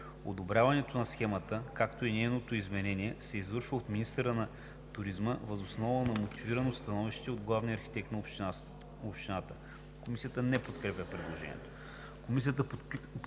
Комисията не подкрепя предложението.